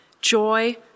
joy